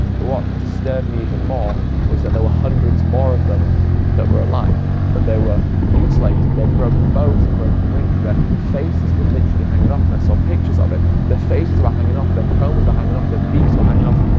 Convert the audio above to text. but what disturbed me even more was that there were hundreds more of them that were alive. but they were mutilated they had broken bones and broken wings their faces were literally hanging off and i saw pictures of it. their faces were hanging off their combs were hanging off, their beaks were hanging off.